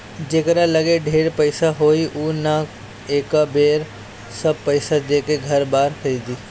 जेकरा लगे ढेर पईसा होई उ न एके बेर सब पईसा देके घर बार खरीदी